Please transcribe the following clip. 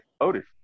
Otis